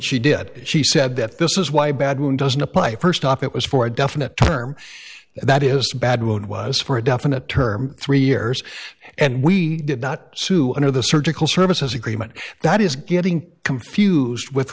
she did she said that this is why bad moon doesn't apply st off it was for a definite term that is bad it was for a definite term three years and we did not sue under the surgical services agreement that is getting confused with